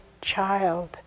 child